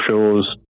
shows